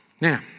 Now